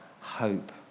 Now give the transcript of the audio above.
hope